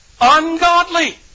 ungodly